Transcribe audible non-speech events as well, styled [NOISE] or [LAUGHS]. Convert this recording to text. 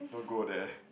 don't go there [LAUGHS]